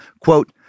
quote